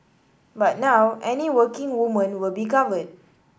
but now any working woman will be covered